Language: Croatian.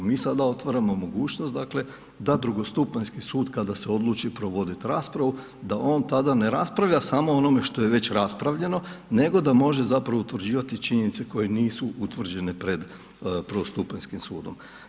Mi sada otvaramo mogućnost, dakle, da drugostupanjski sud, kada se odluči provoditi raspravu, da on tada ne raspravlja samo o onome što je već raspravljeno, nego da može zapravo utvrđivati činjenice, koje nisu utvrđene pred prvostupanjskim sudom.